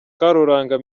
karuranga